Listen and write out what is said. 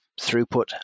throughput